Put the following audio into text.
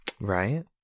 Right